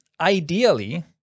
ideally